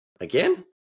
Again